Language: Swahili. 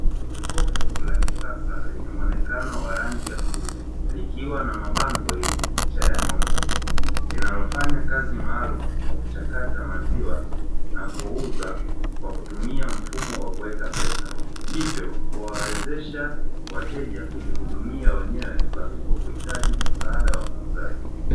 Jokofu la kisasa lenye muonekano ya bluu likiwa na mabango yenye picha ya ng'ombe, linalofanya kazi maalum ya kuchakata maziwa na kuuza kwa kutumia mfumo wa kuweka pesa hivyo kuwawezesha wateja kujihudumia wenyewe pasipo kuhitaji msaada wa muuzaji.